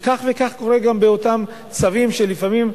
וכך וכך קורה גם באותם צווים שלפעמים,